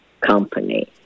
company